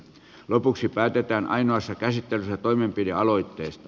lopuksi päätetään ainoassa käsittelyssä toimenpidealoitteesta